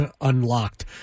unlocked